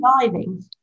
diving